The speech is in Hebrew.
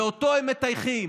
ואותו הם מטייחים.